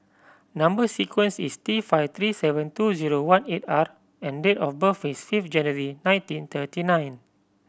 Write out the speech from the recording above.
number sequence is T five three seven two zero one eight R and date of birth is fifth January nineteen thirty nine